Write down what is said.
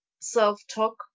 self-talk